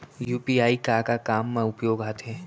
UPI का का काम मा उपयोग मा आथे?